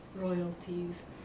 royalties